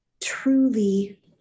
truly